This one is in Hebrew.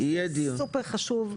זה נושא סופר חשוב.